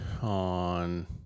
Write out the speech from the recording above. on